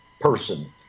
person